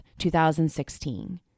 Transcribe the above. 2016